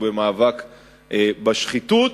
ובמאבק בשחיתות.